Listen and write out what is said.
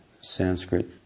Sanskrit